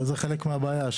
זה גם חלק מהבעיה.